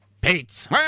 Pete's